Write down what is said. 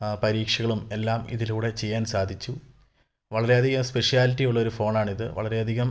പരീക്ഷകളും എല്ലാം ഇതിലൂടെ ചെയ്യാൻ സാധിച്ചു വളരെ അധികം സ്പെഷ്യാലിറ്റി ഉള്ളൊര് ഫോണാണിത് വളരെ അധികം